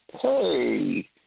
Hey